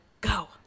go